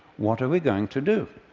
what are we going to do?